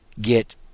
get